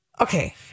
Okay